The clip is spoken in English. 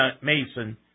Mason